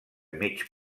mig